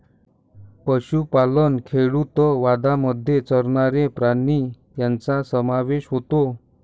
पशुपालन खेडूतवादामध्ये चरणारे प्राणी यांचा समावेश होतो